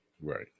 Right